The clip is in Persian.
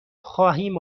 خواهیم